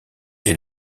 est